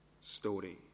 story